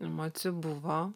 emocijų buvo